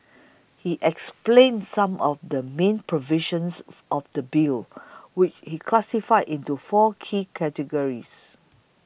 he explained some of the main provisions of the Bill which he classified into four key categories